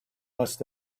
must